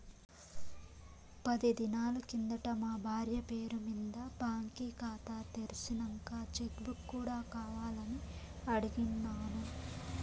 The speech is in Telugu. పది దినాలు కిందట మా బార్య పేరు మింద బాంకీ కాతా తెర్సినంక చెక్ బుక్ కూడా కావాలని అడిగిన్నాను